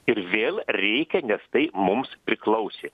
ir vėl reikia nes tai mums priklausė